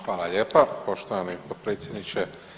Hvala lijepa poštovani potpredsjedniče.